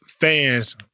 fans